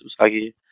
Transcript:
Usagi